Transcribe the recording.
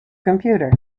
computer